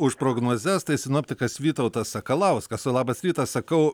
už prognozes tai sinoptikas vytautas sakalauskas o labas rytas sakau